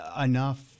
enough